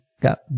got